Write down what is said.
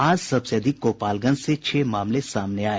आज सबसे अधिक गोपालगंज से छह मामले सामने आये